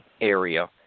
area